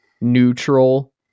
neutral